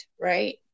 right